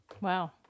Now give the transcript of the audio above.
wow